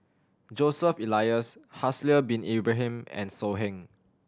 Joseph Elias Haslir Bin Ibrahim and So Heng